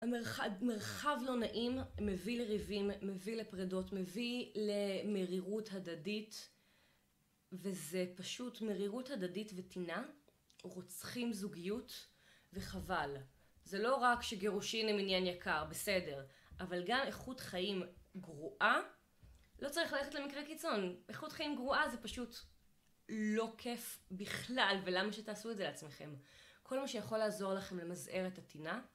המרחב...מרחב לא נעים, מביא לריבים, מביא לפרדות, מביא למרירות הדדית וזה פשוט מרירות הדדית וטינה, רוצחים זוגיות וחבל. זה לא רק שגירושין הם עניין יקר, בסדר, אבל גם איכות חיים גרועה... לא צריך ללכת למקרה קיצון, איכות חיים גרועה זה פשוט לא כיף בכלל ולמה שתעשו את זה לעצמכם? כל מה שיכול לעזור לכם למזער את הטינה